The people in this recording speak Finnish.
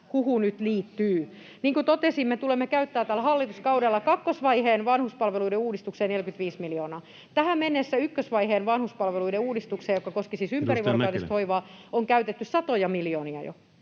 huhu nyt liittyy. Niin kuin totesin, me tulemme käyttämään tällä hallituskaudella kakkosvaiheen vanhuspalveluiden uudistukseen 45 miljoonaa. Tähän mennessä ykkösvaiheen vanhuspalveluiden uudistukseen, joka koski siis ympärivuorokautista hoivaa, on käytetty jo satoja miljoonia.